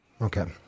Okay